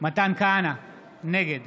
מתן כהנא, נגד